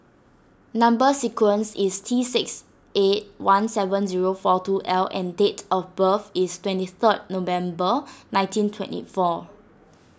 Number Sequence is T six eight one seven zero four two L and date of birth is twenty third November nineteen twenty four